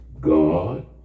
God